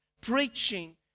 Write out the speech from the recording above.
preaching